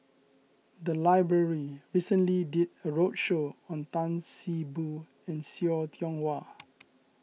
the library recently did a roadshow on Tan See Boo and See Tiong Wah